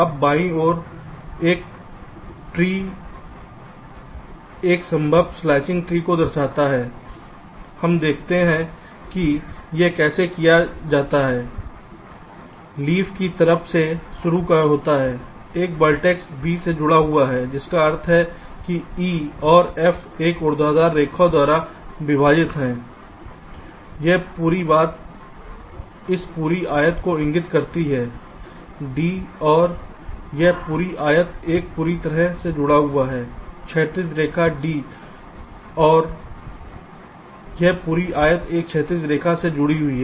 अब बायीं ओर का यह पेड़ एक संभव स्लाइसिंग ट्री को दर्शाता है हमें देखते हैं कि यह कैसे किया जाता है पत्ती की तरफ से शुरू होता है एक वर्टेक्स V से जुड़ा हुआ है जिसका अर्थ है कि ई और एफ एक ऊर्ध्वाधर रेखा द्वारा विभाजित हैं यह पूरी बात इस पूरी आयत को इंगित करती है डी और यह पूरी आयत एक पूरी तरह से जुड़ा हुआ है क्षैतिज रेखा d और यह पूरी आयत इस क्षैतिज रेखा से जुड़ी है